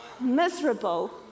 miserable